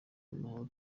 amahoro